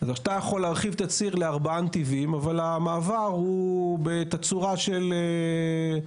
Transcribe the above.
אז אתה יכול להרחיב את הציר ל-4 נתיבים אבל המעבר הוא בתצורה של שנת